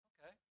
Okay